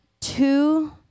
two